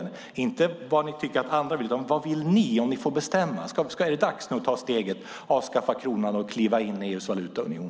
Jag frågar inte vad ni tycker att andra vill utan vad ni vill om ni får bestämma. Är det dags att ta steget, avskaffa kronan och kliva in i EU:s valutaunion?